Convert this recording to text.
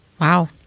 Wow